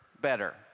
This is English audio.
better